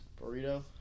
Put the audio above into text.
Burrito